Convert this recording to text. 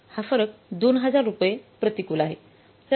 हा फरक २००० रुपये प्रतिकूल आहे